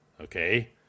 okay